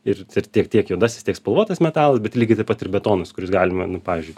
ir ir tiek tiek juodasis tiek spalvotas metalas bet lygiai taip pat ir betonas kuris galima nu pavyzdžiui